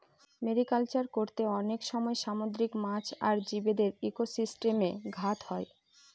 mariculture করতে অনেক সময় সামুদ্রিক মাছ আর জীবদের ইকোসিস্টেমে ঘাত হয়